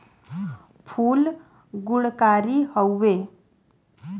फूल गुणकारी हउवे